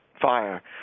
fire